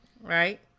Right